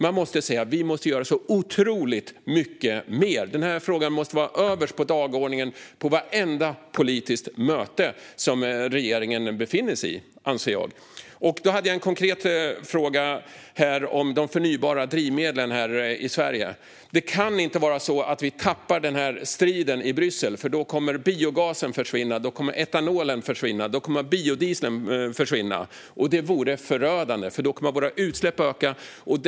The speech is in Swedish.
Man måste säga att vi måste göra otroligt mycket mer. Frågan måste vara överst på dagordningen på vartenda politiskt möte som regeringen deltar i, anser jag. Jag har en konkret fråga om de förnybara drivmedlen här i Sverige. Vi kan inte tappa den striden i Bryssel, för då kommer biogasen, etanolen och biodieseln att försvinna. Det vore förödande, för då kommer våra utsläpp att öka.